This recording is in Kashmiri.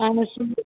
اَہن حظ